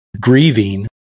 grieving